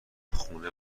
خونه